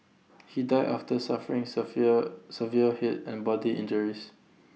he died after suffering severe severe Head and body injuries